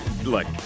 look